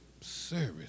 service